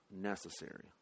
necessary